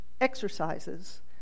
exercises